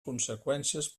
conseqüències